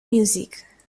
music